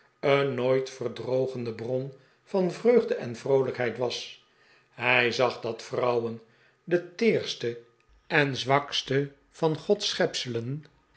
een nooit verdrogende bron van vreugde en vroolijkheid was hij zag dat vrouwen de teerste en zwakste van gods schepselen